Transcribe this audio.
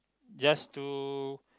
just to